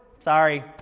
sorry